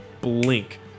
blink